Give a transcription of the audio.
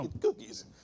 cookies